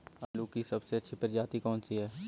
आलू की सबसे अच्छी प्रजाति कौन सी है?